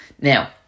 now